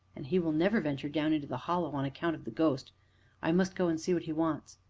and he will never venture down into the hollow on account of the ghost i must go and see what he wants.